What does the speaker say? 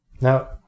Now